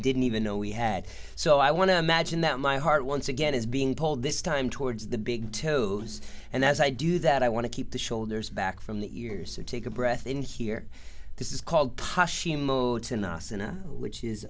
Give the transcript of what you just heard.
didn't even know we had so i want to imagine that my heart once again is being told this time towards the big toes and as i do that i want to keep the shoulders back from the ears or take a breath in here this is called which is